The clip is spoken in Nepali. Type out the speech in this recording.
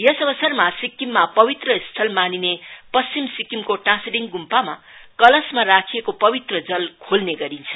यस अवसरमा सिक्किममा पवित्र स्थल मानिने पश्चिम सिक्किमको टासीडिङ गुम्पामा कलशमा राखिएको पवित्र जल खोल्ने गरिन्छ